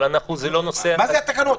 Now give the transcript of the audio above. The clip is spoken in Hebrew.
אבל זה לא נושא --- מה זה תקנות?